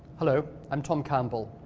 hello, i'm tom campbell,